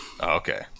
Okay